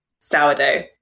Sourdough